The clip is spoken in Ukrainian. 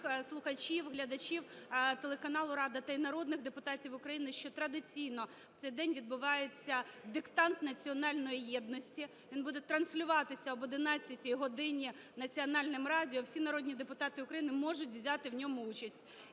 слухачів, глядачів телеканалу "Рада" та і народних депутатів України, що традиційно в цей день відбувається диктант національної єдності, він буде транслюватися об 11 годині Національним радіо. Всі народні депутати України можуть взяти в ньому участь